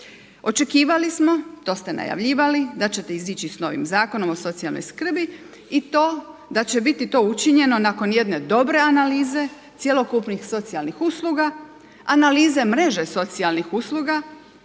Očekivali smo, to ste najavljivali da ćete izići s novim zakonom o socijalnoj skrbi i to da će biti to učinjeno nakon jedne dobre analize cjelokupnih socijalnih usluga, analize mreže socijalnih usluga,